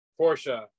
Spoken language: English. Porsche